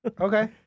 Okay